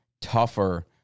tougher